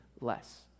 less